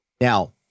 Now